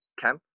camp